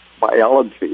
biology